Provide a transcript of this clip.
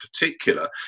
particular